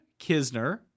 Kisner